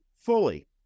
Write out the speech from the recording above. fully